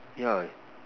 yeah